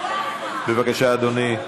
בבקשה, אדוני,